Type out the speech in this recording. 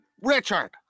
Richard